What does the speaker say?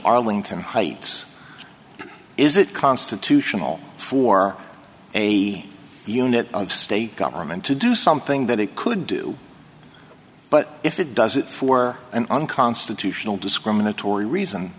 arlington heights is it constitutional for a unit of state government to do something that it could do but if it does it for an unconstitutional discriminatory reason